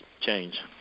change